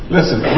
Listen